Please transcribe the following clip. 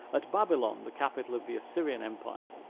at babylon, the capital of the assyrian empire,